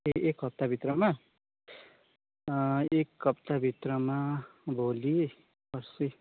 ए एक हप्ताभित्रमा एक हप्ताभित्रमा भोलि पर्सी